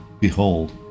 behold